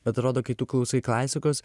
atrodo kai tu klausai klasikos